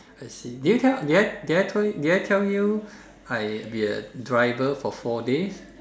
I see did you tell I did I told did I tell you that I've been a driver for four days